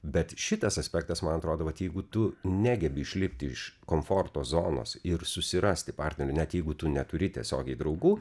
bet šitas aspektas man atrodo vat jeigu tu negebi išlipti iš komforto zonos ir susirasti partnerį net jeigu tu neturi tiesiogiai draugų